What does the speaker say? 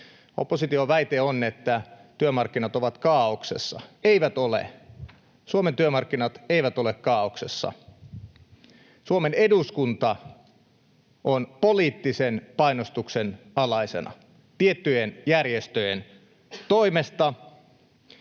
Opposition väite on, että työmarkkinat ovat kaaoksessa. Eivät ole, Suomen työmarkkinat eivät ole kaaoksessa. Suomen eduskunta on poliittisen painostuksen alaisena tiettyjen järjestöjen toimesta,